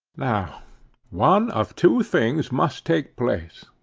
now one of two things must take place.